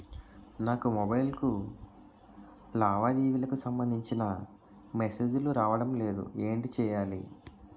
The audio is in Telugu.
నాకు మొబైల్ కు లావాదేవీలకు సంబందించిన మేసేజిలు రావడం లేదు ఏంటి చేయాలి?